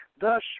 Thus